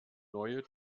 neue